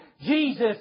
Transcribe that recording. Jesus